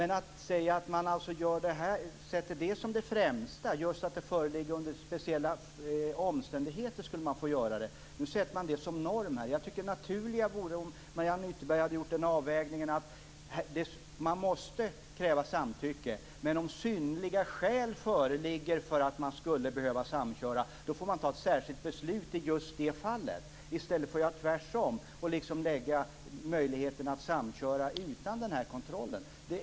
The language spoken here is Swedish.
Nu sätter man detta, att man får göra så under särskilda omständigheter, som norm. Jag tycker att det naturliga vore om Mariann Ytterberg hade gjort avvägningen att man måste kräva samtycke. Om sedan synnerliga skäl föreligger för att man skulle behöva samköra får man fatta ett särskilt beslut i just det fallet, i stället för att göra tvärtom och lägga möjligheten att samköra utan kontrollen först.